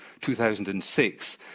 2006